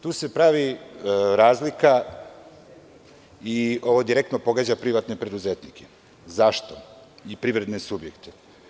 Tu se pravi razlika i ovo direktno pogađa privatne preduzetnike i privredne subjekte.